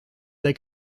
they